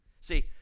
See